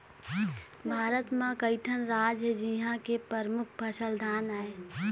भारत म कइठन राज हे जिंहा के परमुख फसल धान आय